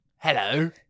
hello